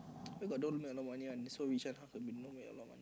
where got don't make a lot of money one they so rich one how can don't make a lot of money